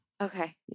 Okay